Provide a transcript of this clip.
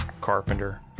carpenter